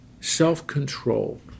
self-control